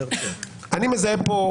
אני מזהה פה,